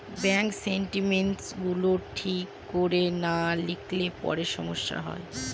bank statements গুলো ঠিক করে না লিখলে পরে সমস্যা হয়